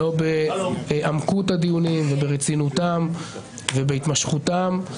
לא בעמקות הדיונים וברצינותם ובהתמשכותם.